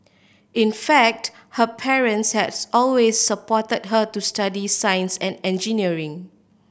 in fact her parents had always supported her to study science and engineering